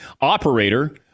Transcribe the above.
Operator